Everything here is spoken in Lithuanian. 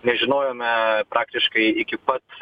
nežinojome praktiškai iki pat